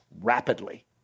rapidly